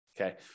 Okay